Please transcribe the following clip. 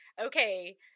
okay